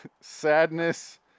sadness